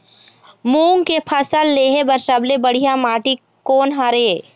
मूंग के फसल लेहे बर सबले बढ़िया माटी कोन हर ये?